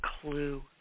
clue